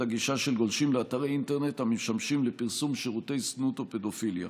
הגישה של גולשים באתרי אינטרנט המשמשים לפרסום שירותי זנות או פדופיליה.